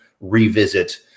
revisit